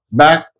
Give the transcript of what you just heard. back